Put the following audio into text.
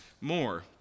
more